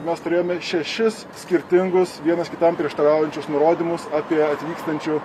mes turėjome šešis skirtingus vienas kitam prieštaraujančius nurodymus apie atvykstančių